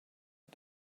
but